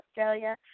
Australia